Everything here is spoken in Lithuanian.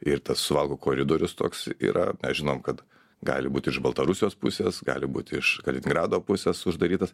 ir tas suvalkų koridorius toks yra mes žinom kad gali būti iš baltarusijos pusės gali būti iš kaliningrado pusės uždarytas